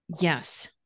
yes